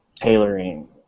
tailoring